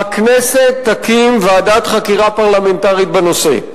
הכנסת תקים ועדת חקירה פרלמנטרית בנושא.